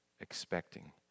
expecting